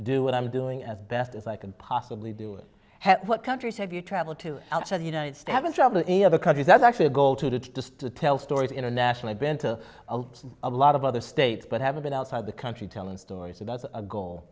do what i'm doing as best as i can possibly do what countries have you traveled to outside the united states and travel in other countries that's actually a goal to do just to tell stories internationally been to a lot of other states but haven't been outside the country telling stories a